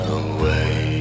away